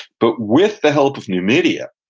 but with the help of numidia,